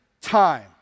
time